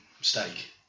steak